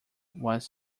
was